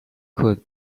could